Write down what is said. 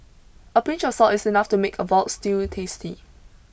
a pinch of salt is enough to make a vault stew tasty